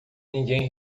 ninguém